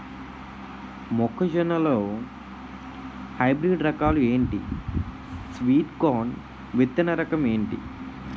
మొక్క జొన్న లో హైబ్రిడ్ రకాలు ఎంటి? స్వీట్ కార్న్ విత్తన రకం ఏంటి?